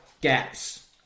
gaps